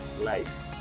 life